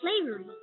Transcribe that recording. slavery